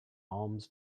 alms